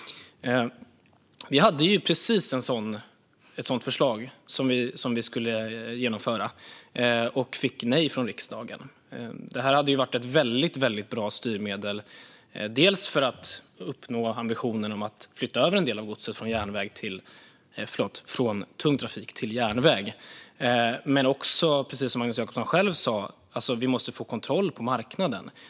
Vi hade precis ett sådant förslag som vi skulle genomföra och fick nej från riksdagen. Detta hade varit ett väldigt bra styrmedel, bland annat för att uppnå ambitionen om att flytta över en del av godset från tung trafik till järnväg. Dessutom måste vi, precis som Magnus Jacobsson själv sa, få kontroll på marknaden.